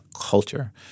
culture